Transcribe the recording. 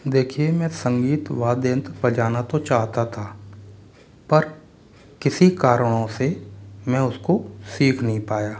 देखिए मैं संगीत वाद्ययंत्र बजाना तो चाहता था पर किसी कारणों से मैं उसको सीख नहीं पाया